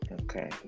okay